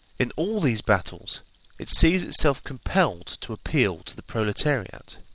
in all these battles it sees itself compelled to appeal to the proletariat,